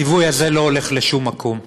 הציווי הזה לא הולך לשום מקום,